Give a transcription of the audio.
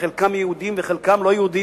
וחלקם יהודים וחלקם לא-יהודים,